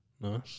Nice